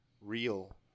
real